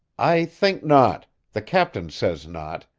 i think not the captain says not.